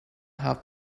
have